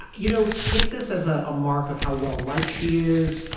you know, take this as a ah mark of how well like she is,